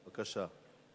בבקשה.